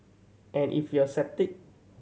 and if you're a sceptic